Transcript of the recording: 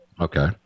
Okay